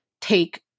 take